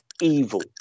evil